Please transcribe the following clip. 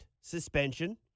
suspension